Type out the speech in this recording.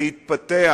להתפתח,